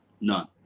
None